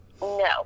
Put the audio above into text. No